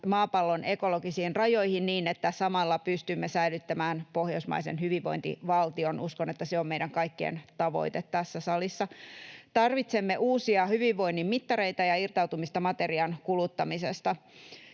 maapallon ekologisiin rajoihin niin, että samalla pystymme säilyttämään pohjoismaisen hyvinvointivaltion. Uskon, että se on meidän kaikkien tavoite tässä salissa. Tarvitsemme uusia hyvinvoinnin mittareita ja irtautumista materian kuluttamisesta.